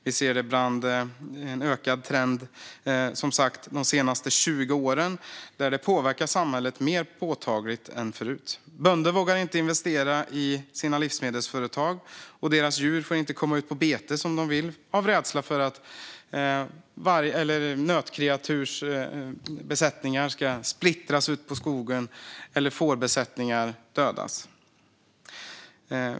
Vi har som sagt de senaste 20 åren sett en ökad trend att samhället påverkas mer påtagligt än förut. Bönder vågar inte investera i sina livsmedelsföretag, och deras djur får inte komma ut på bete som de vill av rädsla för att nötkreatursbesättningar ska splittras ute i skogen eller fårbesättningar dödas.